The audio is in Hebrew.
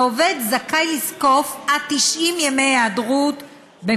עובד זכאי לזקוף עד 90 ימי היעדרות אם